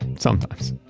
sometimes